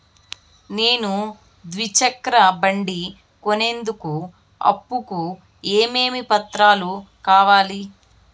నేను ద్విచక్ర బండి కొనేందుకు అప్పు కు ఏమేమి పత్రాలు కావాలి?